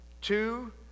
two